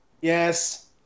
Yes